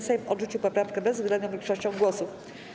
Sejm odrzucił poprawkę bezwzględną większością głosów.